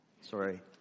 Sorry